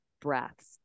breaths